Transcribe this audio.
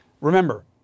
Remember